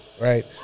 right